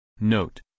note